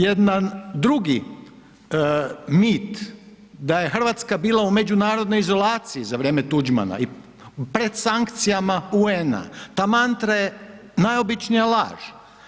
Jedan drugi mit da je Hrvatska bila u međunarodnoj izolaciji za vrijeme Tuđmana i pred sankcijama UN-a, ta mantra je najobičnija laž.